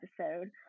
episode